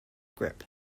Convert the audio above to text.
grip